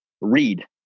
read